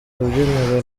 rubyiniro